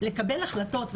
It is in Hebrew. לקבל החלטות,